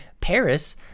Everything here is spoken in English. Paris